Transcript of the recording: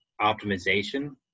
optimization